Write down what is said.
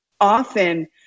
often